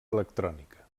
electrònica